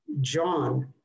John